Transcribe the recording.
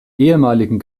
ehemaligen